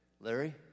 Larry